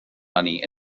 money